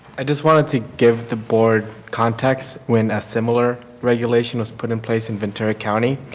i just wanted to give the board context when a similar regulation was put in place in ventura county.